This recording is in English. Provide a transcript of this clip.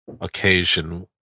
occasion